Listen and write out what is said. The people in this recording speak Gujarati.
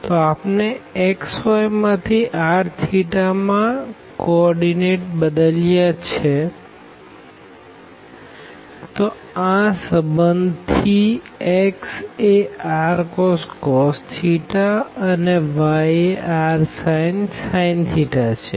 તો આપણે xyમાંથી r θમાં કો ઓર્ડીનેટ બદલ્યા ને છે તો આ સંબંધ થી x એ rcos અને y એ rsin છે